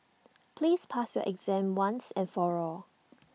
please pass your exam once and for all